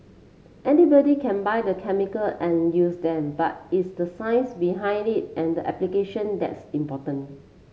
anybody can buy the chemical and use them but it's the science behind it and the application that's important